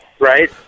Right